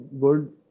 good